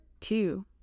two